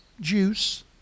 juice